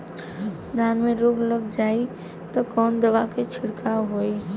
धान में रोग लग जाईत कवन दवा क छिड़काव होई?